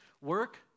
work